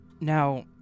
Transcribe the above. Now